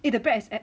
the bread is